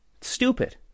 Stupid